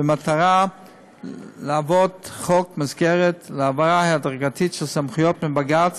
במטרה להוות חוק מסגרת להעברה הדרגתית של סמכויות מבג"ץ